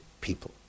people